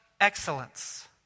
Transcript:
excellence